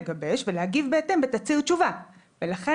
לגבש ולהגיב בהתאם בתצהיר תשובה ולכן